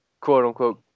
quote-unquote